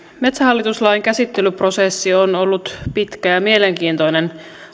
metsähallitus lain käsittelyprosessi on ollut pitkä ja mielenkiintoinen